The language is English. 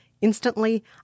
Instantly